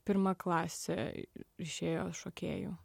pirma klasė išėjo šokėjų